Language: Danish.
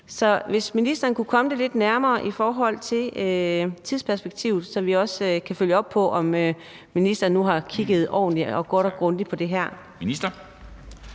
Så hvis ministeren kunne komme tidsperspektivet lidt nærmere, så kan vi også følge op på, om ministeren nu har kigget ordentligt og godt og grundigt på det her.